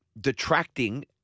detracting